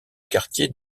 quartier